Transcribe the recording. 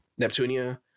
Neptunia